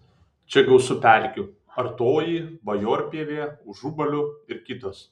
čia gausu pelkių artoji bajorpievė užubalių ir kitos